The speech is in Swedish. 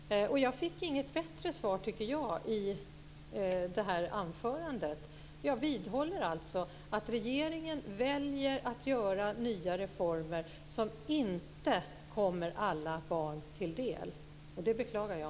Jag fick inte något bättre svar, tycker jag, i anförandet. Jag vidhåller alltså att regeringen väljer att göra nya reformer som inte kommer alla barn till del. Och det beklagar jag.